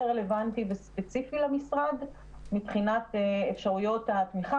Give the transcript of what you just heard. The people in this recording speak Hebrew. רלוונטי וספציפי למשרד מבחינת אפשרויות התמיכה.